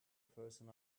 person